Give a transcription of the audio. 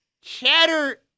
chatter